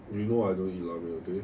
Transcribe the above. do you know I don't eat 拉面 okay